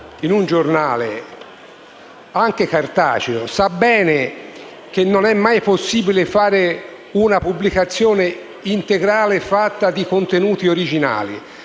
in un giornale (anche cartaceo) sa bene che non è mai possibile fare una pubblicazione integrale di contenuti originali,